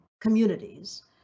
communities